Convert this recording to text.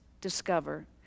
discover